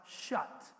shut